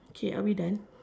okay are we done